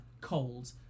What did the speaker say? cold